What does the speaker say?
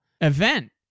event